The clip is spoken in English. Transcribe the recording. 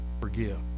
forgive